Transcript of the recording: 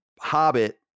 hobbit